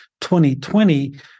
2020